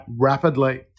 rapidly